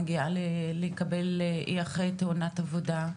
מגיעה לקבל אחרי תאונת עבודה,